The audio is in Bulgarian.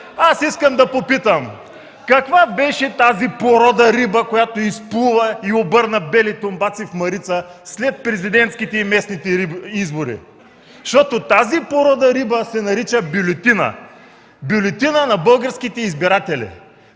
искам да попитам: каква беше тази порода риба, която изплува и обърна бели тумбаци в Марица след президентските и местните избори? Защото тази порода риба се нарича бюлетина, бюлетина на българските избиратели.